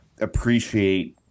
appreciate